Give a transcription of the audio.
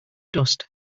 dust